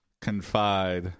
Confide